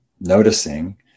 noticing